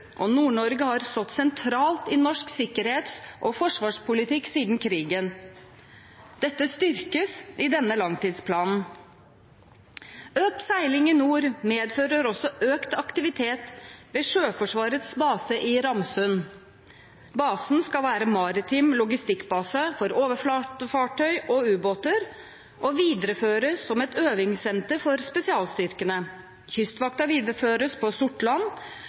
og Nord-Norge har stått sentralt i norsk sikkerhets- og forsvarspolitikk siden krigen. Dette styrkes i denne langtidsplanen. Økt seiling i nord medfører også økt aktivitet ved Sjøforsvarets base i Ramsund. Basen skal være maritim logistikkbase for overflatefartøy og ubåter, og videreføres som et øvingssenter for spesialstyrkene. Kystvakten videreføres på Sortland,